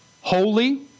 Holy